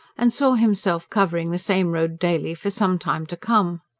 and saw himself covering the same road daily for some time to come.